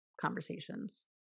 conversations